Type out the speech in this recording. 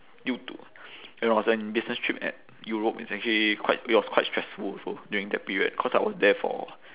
due to it was an business trip at europe it's actually quite it was quite stressful also during that period cause I was there for